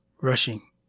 rushing